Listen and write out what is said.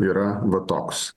yra va toks